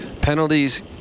penalties